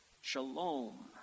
Shalom